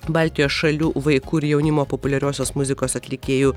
baltijos šalių vaikų ir jaunimo populiariosios muzikos atlikėjų